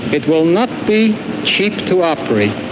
it will not be cheap to operate.